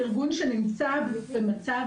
אז דמון לא צריך להיות.